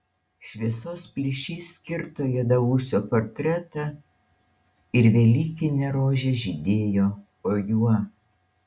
šviesos plyšys kirto juodaūsio portretą ir velykinė rožė žydėjo po juo